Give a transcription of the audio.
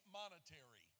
monetary